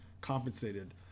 compensated